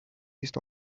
east